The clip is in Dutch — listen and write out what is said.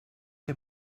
heb